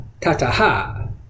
tataha